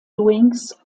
wings